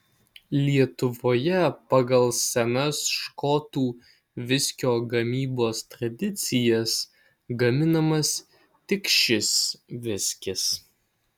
lietuvoje pagal senas škotų viskio gamybos tradicijas gaminamas tik šis viskis